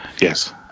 yes